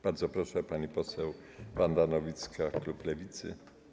Bardzo proszę, pani poseł Wanda Nowicka, klub Lewicy.